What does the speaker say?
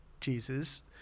Jesus